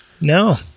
No